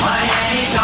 Miami